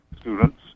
students